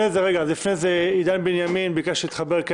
כן עידן בנימין ביקש להתחבר.